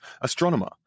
astronomer